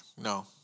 no